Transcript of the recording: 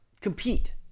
compete